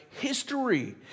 history